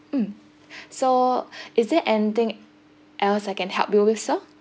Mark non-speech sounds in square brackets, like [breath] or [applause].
mm [breath] so [breath] is there anything else I can help you with sir